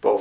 both